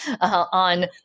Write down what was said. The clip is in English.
on